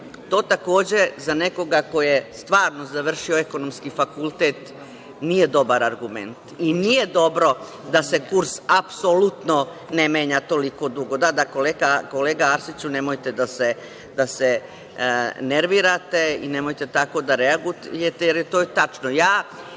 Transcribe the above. takođe, za nekoga ko je stvarno završio ekonomski fakultet, nije dobar argument i nije dobro da se kurs apsolutno ne menja toliko dugo. Da, da, kolega Arsiću, nemojte da se nervirate i nemojte tako da reagujete, jer je to tačno. Mi